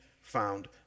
found